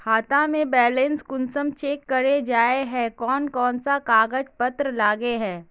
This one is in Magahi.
खाता में बैलेंस कुंसम चेक करे जाय है कोन कोन सा कागज पत्र लगे है?